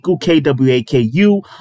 K-W-A-K-U